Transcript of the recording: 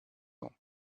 ans